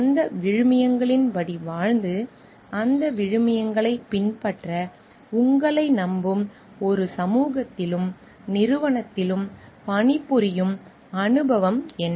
அந்த விழுமியங்களின்படி வாழ்ந்து அந்த விழுமியங்களைப் பின்பற்ற உங்களை நம்பும் ஒரு சமூகத்திலும் நிறுவனத்திலும் பணிபுரியும் அனுபவம் என்ன